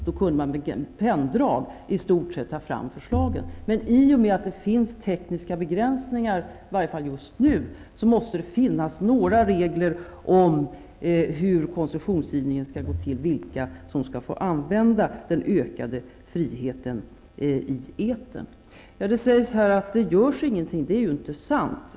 Då kunde man i stort sett med ett penndrag ta fram förslagen. Men i och med att det finns tekniska begränsningar, i varje fall just nu, måste det finnas några regler om hur koncessionsgivningen skall gå till, vilka som skall få använda den ökade friheten i etern. Det sägs att det inte görs någonting. Det är inte sant.